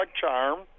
charm